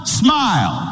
smile